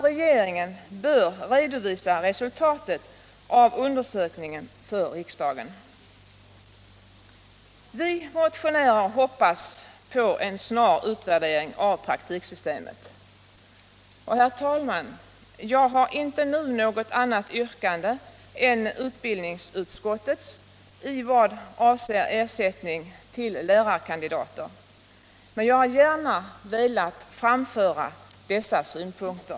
Regeringen bör redovisa resultatet av undersökningen för riksdagen. Vi motionärer hoppas på en snar utvärdering av praktiksystemet. Herr talman! Jag har inte nu något annat yrkande än utbildningsutskottet i vad avser ersättning till lärarkandidater, men jag har gärna velat framföra dessa synpunkter.